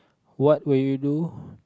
what will you do